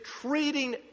treating